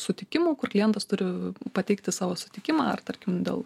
sutikimų kur klientas turi pateikti savo sutikimą ar tarkim dėl